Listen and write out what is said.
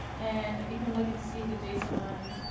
and you can look and see the json.